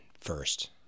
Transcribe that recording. first